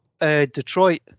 Detroit